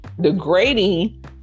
degrading